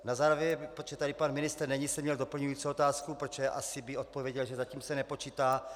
Na závěr, protože tady pan ministr není, jsem měl doplňující otázku, protože asi by odpověděl, že zatím se nepočítá.